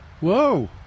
Whoa